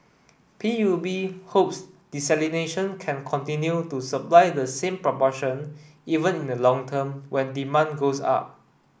P U B hopes desalination can continue to supply the same proportion even in the long term when demand goes up